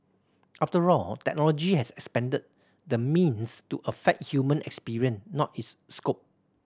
after all technology has expanded the means to affect human experience not its scope